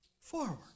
forward